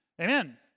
Amen